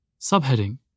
Subheading